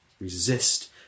Resist